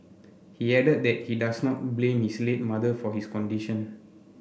he added that he does not blame his late mother for his condition